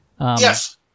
Yes